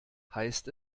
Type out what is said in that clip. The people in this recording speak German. heißt